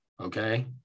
okay